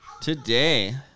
today